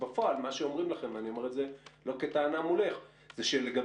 בפועל מה שאומרים לכם ואני לא אומר את זה כטענה מולך שלגבי